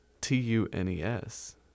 T-U-N-E-S